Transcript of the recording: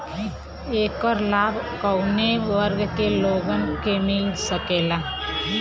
ऐकर लाभ काउने वर्ग के लोगन के मिल सकेला?